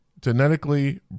genetically